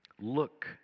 Look